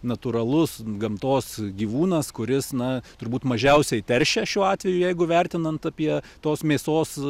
natūralus gamtos gyvūnas kuris na turbūt mažiausiai teršia šiuo atveju jeigu vertinant apie tos mėsos